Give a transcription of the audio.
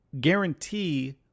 guarantee